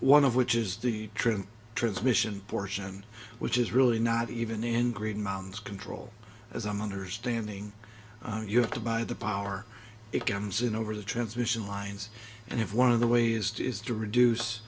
one of which is the trim transmission portion which is really not even in green mountain's control as i'm understanding you have to buy the power it comes in over the transmission lines and if one of the ways does to reduce